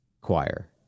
choir